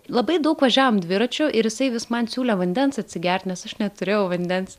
labai daug važiavom dviračiu ir jisai vis man siūlė vandens atsigert nes aš neturėjau vandens